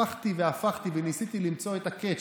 הפכתי והפכתי וניסית למצוא את ה-catch,